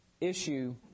issue